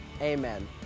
amen